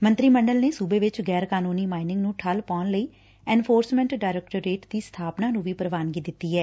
ਮੰਤਰੀ ਮੰਡਲ ਨੇ ਸੁਬੇ ਵਿਚ ਗੈਰ ਕਾਨੁੰਨੀ ਮਾਈਨਿੰਗ ਨੁੰ ਠੱਲ ਪਾਉਣ ਲਈ ਐਨਫੋਸਮੈਂਟ ਡਾਇਰੈਕਟੋਰੇਟ ਦੀ ਸਬਾਪਨਾ ਨੁੰ ਵੀ ਪ੍ਵਾਨਗੀ ਦੇ ਦਿੱਤੀ ਐ